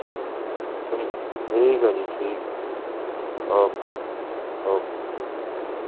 ਠੀਕ ਹੈ ਜੀ ਠੀਕ ਹੈ ਓਕੇ ਜੀ ਓਕੇ